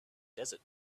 desert